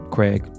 Craig